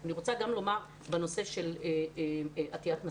אני רוצה גם לומר בנושא של עטיית מסיכות.